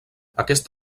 aquest